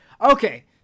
Okay